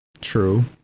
True